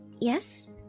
Yes